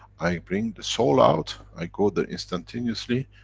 i bring the soul out. i go there instantaneously,